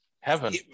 heaven